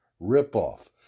ripoff